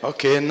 Okay